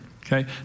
okay